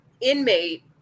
inmate